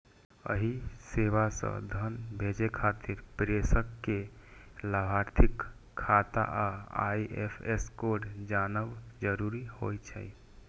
एहि सेवा सं धन भेजै खातिर प्रेषक कें लाभार्थीक खाता आ आई.एफ.एस कोड जानब जरूरी होइ छै